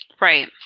Right